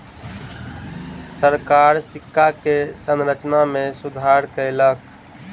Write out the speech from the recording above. सरकार सिक्का के संरचना में सुधार कयलक